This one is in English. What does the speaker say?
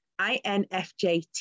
INFJT